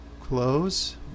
close